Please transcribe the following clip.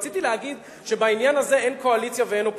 רציתי להגיד שבעניין הזה של "עופרת יצוקה" אין קואליציה ואין אופוזיציה.